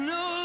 no